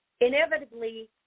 inevitably